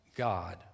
God